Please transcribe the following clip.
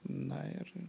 na ir